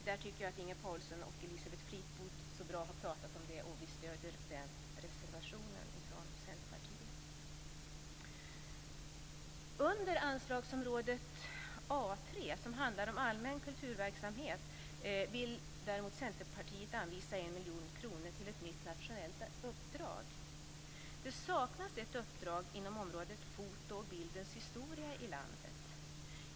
Jag tycker att Inger Davidson och Elisabeth Fleetwood har pratat så bra om den. Vi stöder den reservationen från Centerpartiet. miljon kronor till ett nytt nationellt uppdrag. Det saknas ett uppdrag inom området foto och bildens historia i landet.